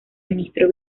ministro